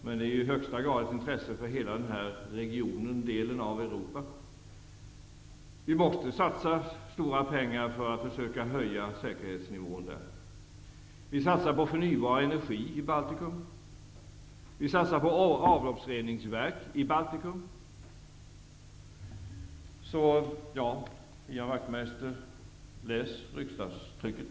Men det är i högsta grad ett intresse för hela den här delen av Europa. Vi måste satsa stora pengar. Det gäller ju att försöka höja säkerhetsnivån i de här områdena. Vi satsar på förnybar energi i Baltikum. Vi satsar på avloppsreningsverk i Baltikum. Ja, Ian Wachtmeister, det är bara att läsa riksdagstrycket!